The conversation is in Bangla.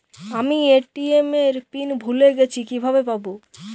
আমি এ.টি.এম এর পিন ভুলে গেছি কিভাবে পাবো?